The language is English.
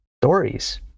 stories